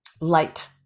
Light